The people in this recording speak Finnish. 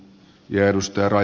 yö edustaa